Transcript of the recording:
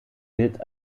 gilt